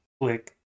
click